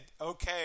okay